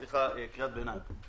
סליחה, קריאת ביניים.